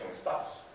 stops